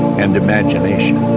and imagination.